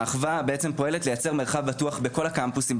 האחווה בעצם פועלת לייצר מרחב בטוח בכל הקמפוסים,